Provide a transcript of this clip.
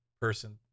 person